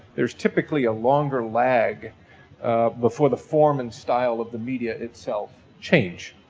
there's typically a longer lag before the form and style of the media itself change,